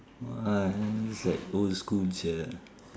!wah! that's like old school sia